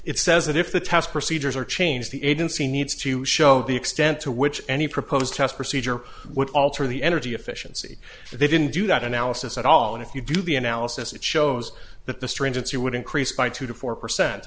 it says that if the test procedures are changed the agency needs to show the extent to which any proposed test procedure would alter the energy efficiency they didn't do that analysis at all and if you do the analysis it shows that the stringency would increase by two to four percent